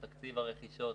את תקציב הרכישות,